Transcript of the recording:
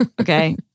Okay